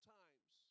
times